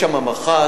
יש שם מח"ט,